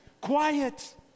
quiet